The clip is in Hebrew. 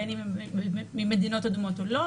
בין אם הם ממדינות אדומות או לא,